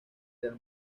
real